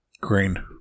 Green